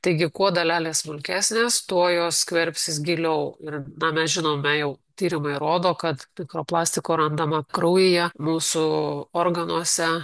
taigi kuo dalelės smulkesnės tuo jos skverbsis giliau ir na mes žinome jau tyrimai rodo kad mikroplastiko randama kraujyje mūsų organuose